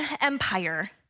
empire